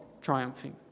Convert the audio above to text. triumphing